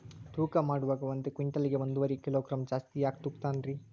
ತೂಕಮಾಡುವಾಗ ಒಂದು ಕ್ವಿಂಟಾಲ್ ಗೆ ಒಂದುವರಿ ಕಿಲೋಗ್ರಾಂ ಜಾಸ್ತಿ ಯಾಕ ತೂಗ್ತಾನ ರೇ?